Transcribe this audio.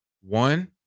one